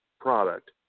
product